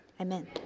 Amen